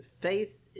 faith